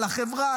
לחברה,